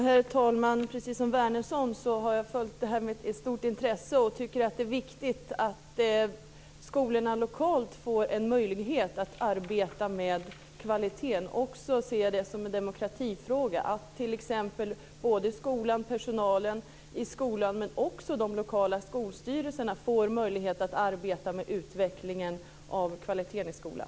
Herr talman! Precis som Wärnersson har jag följt det här med stort intresse, och jag tycker att det är viktigt att skolorna lokalt får en möjlighet att arbeta med kvaliteten. Jag ser det också som en demokratifråga, t.ex. att både personalen i skolan och de lokala skolstyrelserna får möjlighet att arbeta med utvecklingen av kvaliteten i skolan.